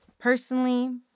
personally